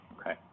Okay